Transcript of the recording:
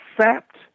accept